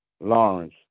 Lawrence